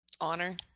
Honor